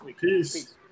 Peace